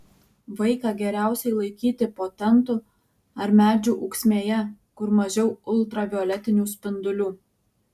vaiką geriausiai laikyti po tentu ar medžių ūksmėje kur mažiau ultravioletinių spindulių